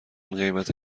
قیمت